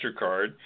MasterCard